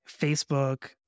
Facebook